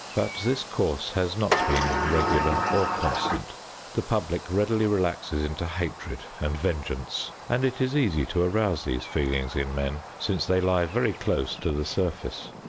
but this course has not been regular or constant the public readily relaxes into hatred and vengeance, and it is easy to arouse these feelings in men, since they lie very close to the surface.